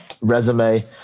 resume